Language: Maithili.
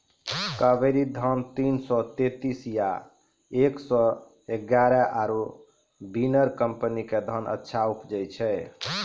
कावेरी धान तीन सौ तेंतीस या एक सौ एगारह आरु बिनर कम्पनी के धान अच्छा उपजै छै?